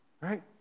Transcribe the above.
right